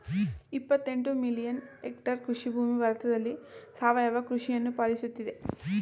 ಇಪ್ಪತ್ತೆಂಟು million hectare ಕೃಷಿಭೂಮಿ ಭಾರತದಲ್ಲಿ ಸಾವಯವ ಕೃಷಿಯನ್ನು ಪಾಲಿಸುತ್ತಿದೆ